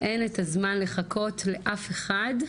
אין את הזמן לחכות לאף אחד,